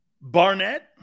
Barnett